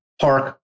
park